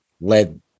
led